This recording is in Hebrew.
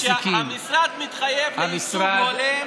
תגיד שהמשרד מתחייב לייצוג הולם תוך שלוש שנים,